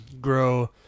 grow